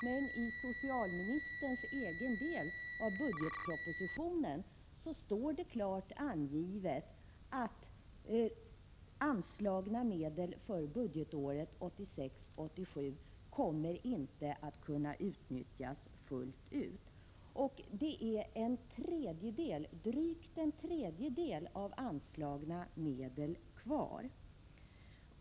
Men i socialministerns egen del av budgetpropositionen står klart angivet att anslagna medel för budgetåret 1986/87 inte kommer att kunna utnyttjas fullt ut. Det blir drygt en tredjedel av anslagna medel kvar.